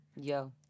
Yo